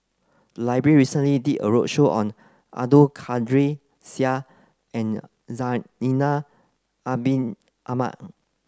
library recently did a roadshow on Abdul Kadir Syed and Zainal Abidin Ahmad